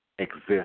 exist